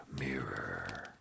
Mirror